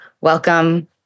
welcome